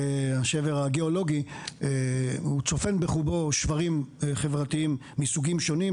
השבר הגיאולוגי צופן בחובו שברים חברתיים מסוגים שונים,